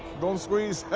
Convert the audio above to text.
don't squeeze.